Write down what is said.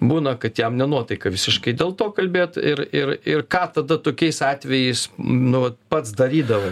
būna kad jam ne nuotaika visiškai dėl to kalbėt ir ir ir ką tada tokiais atvejais nu vat pats darydavai